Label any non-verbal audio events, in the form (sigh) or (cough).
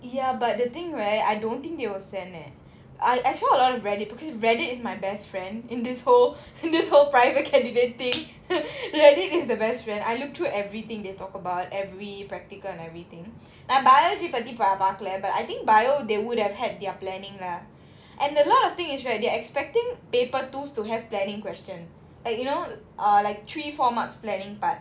ya but the thing right I don't think they will send leh I saw a lot of reddit because Reddit is my best friend in this whole this whole private candidate thing (laughs) Reddit is the best friend I look through everything they talk about every practical and everything like biology பத்தி பாக்கல:paththi paakala but I think biology they would have had their planning lah and a lot of thing is right they're expecting paper twos to have planning question like you know ah like three four marks planning part